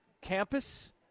campus